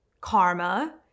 karma